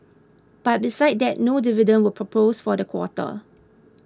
but besides that no dividend was proposed for the quarter